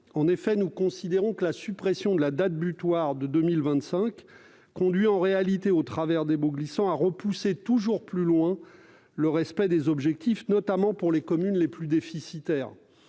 En effet, nous considérons que la suppression de la date butoir de 2025 conduit, en réalité, au travers des baux glissants, à repousser toujours plus loin le respect des objectifs, notamment pour les communes les plus déficitaires.